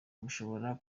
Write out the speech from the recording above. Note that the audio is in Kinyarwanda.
ntushobora